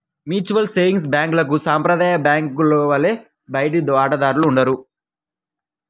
mutual savings బ్యాంక్లకు సాంప్రదాయ బ్యాంకుల వలె బయటి వాటాదారులు ఉండరు